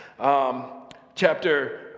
chapter